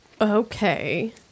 Okay